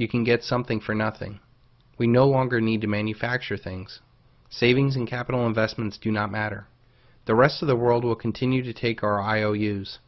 you can get something for nothing we no longer need to manufacture things savings and capital investments do not matter the rest of the world will continue to take our ious